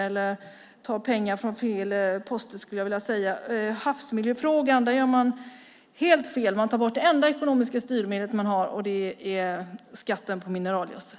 Man tar pengar från fel poster, skulle jag vilja säga. I havsmiljöfrågan gör man helt fel. Man tar bort det enda ekonomiska styrmedel man har. Det är skatten på mineralgödsel.